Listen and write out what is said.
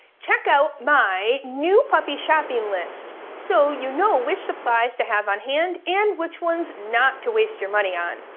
check out my new puppy shopping list so you know which supplies to have on hand and which ones not to waste your money on.